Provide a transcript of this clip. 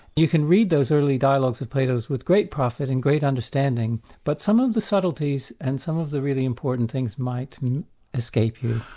you can read those early dialogues of plato's with great profit and great understanding, but some of the subtleties and some of the really important things might escape you.